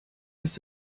ist